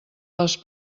les